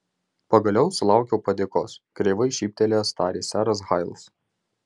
pagaliau sulaukiau padėkos kreivai šyptelėjęs tarė seras hailas